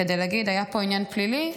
כדי להגיד: היה פה עניין פלילי,